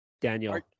daniel